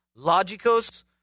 Logicos